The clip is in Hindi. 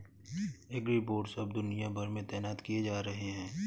एग्रीबोट्स अब दुनिया भर में तैनात किए जा रहे हैं